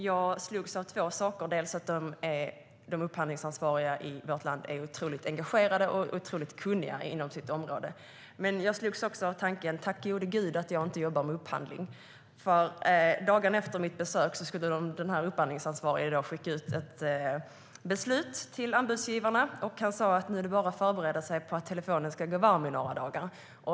Jag slogs av två saker. Det var att de upphandlingsansvariga i vårt land är otroligt engagerade och otroligt kunniga inom sitt område. Jag slogs också av tanken: Tack gode Gud att jag inte jobbar med upphandling! Dagarna efter mitt besök skulle den upphandlingsansvariga skicka ut ett beslut till anbudsgivarna. Han sa: Nu är det bara att förbereda sig på att telefonen ska gå varm i några dagar.